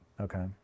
Okay